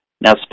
Now